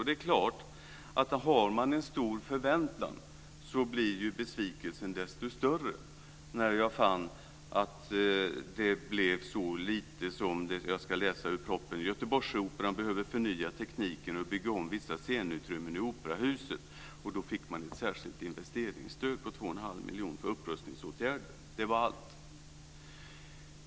Det är klart att när jag hade en så stor förväntan, blev ju besvikelsen desto större när jag fann att det blev så lite. Jag ska läsa ur propositionen: Göteborgsoperan behöver förnya tekniken och bygga om vissa scenutrymmen i operahuset. Man fick då ett särskilt investeringsstöd på 2,5 miljoner för upprustningsåtgärder. Det var allt!